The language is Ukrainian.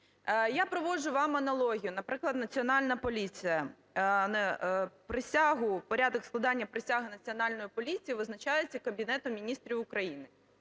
Я проводжу вам аналогію, наприклад, Національна поліція: порядок складання присяги Національною поліцією визначається Кабінетом Міністрів України.